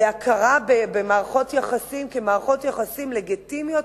להכרה במערכות יחסים כמערכות יחסים לגיטימיות,